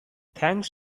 thanks